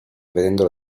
vedendolo